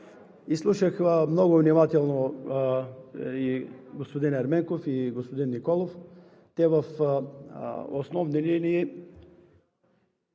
Изслушах много внимателно господин Ерменков и господин Николов. Те в основни линии